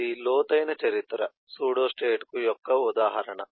ఇది లోతైన చరిత్ర సూడోస్టేట్ యొక్క ఉదాహరణ